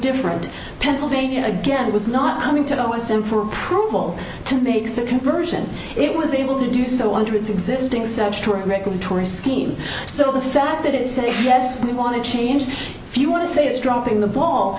different pennsylvania again was not coming to us and for approval to make the conversion it was able to do so under its existing substrate regulatory scheme so the fact that it's a yes we want to change if you want to say it's dropping the ball